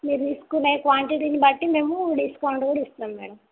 మీరు తీసుకునే క్వాంటిటీని బట్టి మేము డిస్కౌంట్ కూడా ఇస్తాం మ్యాడమ్